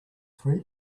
three